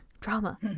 Drama